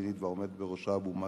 הפלסטינית והעומד בראשה, אבו מאזן,